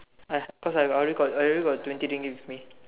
I cause I I already I already got twenty Ringgit with me